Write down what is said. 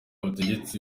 butegetsi